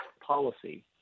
policy